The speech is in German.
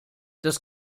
das